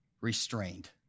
restrained